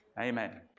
Amen